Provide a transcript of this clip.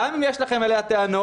גם אם יש לכם אליה טענות,